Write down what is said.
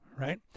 Right